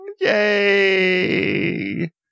Yay